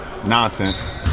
nonsense